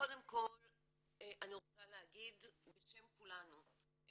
קודם כל אני רוצה להגיד בשם כולנו,